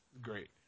Great